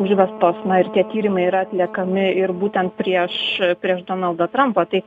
užvestos na ir tie tyrimai yra atliekami ir būtent prieš prieš donaldą trampą tai